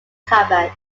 cupboard